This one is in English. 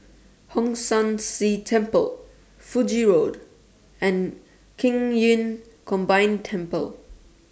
Hong San See Temple Fiji Road and Qing Yun Combined Temple